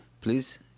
please